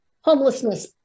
Homelessness